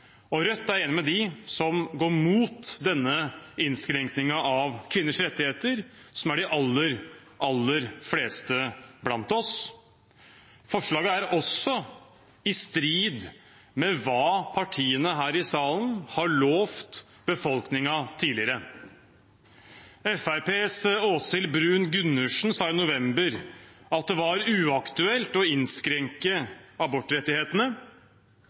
og Rødt er enig med dem som går imot denne innskrenkningen av kvinners rettigheter, som er de aller fleste blant oss. Forslaget er også i strid med hva partiene her i salen har lovt befolkningen tidligere. Fremskrittspartiets Åshild Bruun-Gundersen sa i november at det var uaktuelt å innskrenke abortrettighetene.